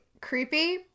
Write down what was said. creepy